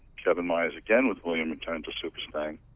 kevin myers, again with william, returned to super stang.